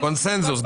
קונצנזוס.